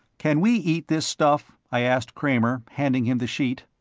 can we eat this stuff? i asked kramer, handing him the sheet.